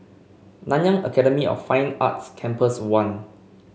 Nanyang Academy of Fine Arts Campus One